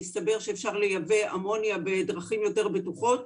הסתבר שאפשר לייבא אמוניה בדרכים יותר בטוחות.